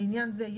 לעניין זה ,